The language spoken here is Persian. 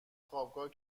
خوابگاه